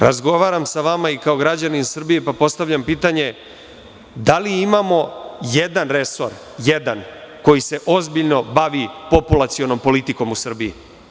Razgovaram sa vama i kao građanin Srbije, pa postavljam pitanje – da li imamo jedan resor, jedan, koji se ozbiljno bavi populacionom politikom u Srbiji?